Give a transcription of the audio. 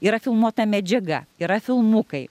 yra filmuota medžiaga yra filmukai